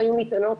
הציבור.